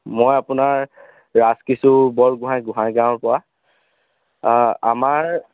মই আপোনাৰ ৰাজকিশোৰ বৰগোহাঁই গোহাঁই গাঁৱৰ পৰা আমাৰ